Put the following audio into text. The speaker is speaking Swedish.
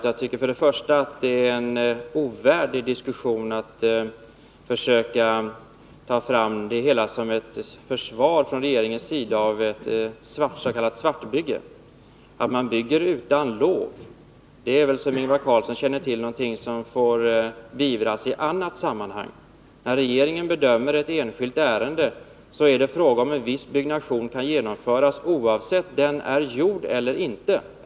Jag tycker att det är ovärdigt att i en diskussion försöka framställa hela handläggningen som ett försvar från regeringens sida av ett s.k. svartbygge. Att man bygger utan lov är väl, som Ingvar Carlsson känner till, något som får beivras i annat sammanhang. När regeringen bedömer ett enskilt ärende, så gäller det frågan om en viss byggnation kan genomföras, oavsett om den är gjord eller inte.